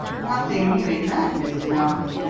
nothing new in that, mr. narkom.